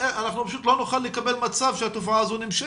אנחנו פשוט לא נוכל לקבל מצב שהתופעה הזו נמשכת.